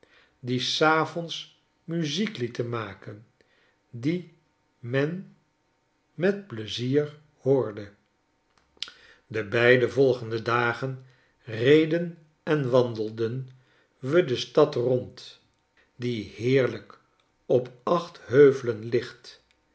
die s avonds muzieklietenmaken die men met pleizier hoorde de beide volgende dagen reden en wandelden we de stad rond die heerlijk op acht heuvelen ligt